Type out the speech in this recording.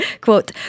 Quote